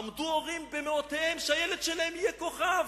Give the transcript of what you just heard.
עמדו הורים במאותיהם כדי שהילד שלהם יהיה כוכב.